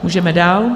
Můžeme dál.